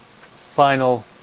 final